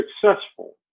successful